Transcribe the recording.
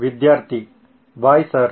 ವಿದ್ಯಾರ್ಥಿ bye sir